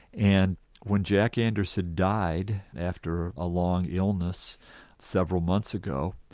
and when jack anderson died after a long illness several months ago,